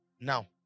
Now